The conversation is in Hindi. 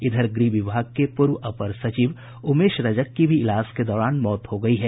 इधर गृह विभाग के पूर्व अपर सचिव उमेश रजक की भी इलाज के दौरान मौत हो गयी है